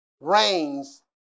rains